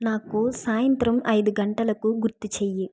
నాకు సాయంత్రం ఐదు గంటలకు గుర్తుచేయి